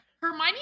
Hermione